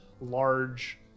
large